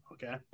Okay